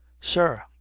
sir